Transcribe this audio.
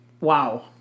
Wow